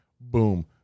Boom